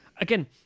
Again